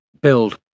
build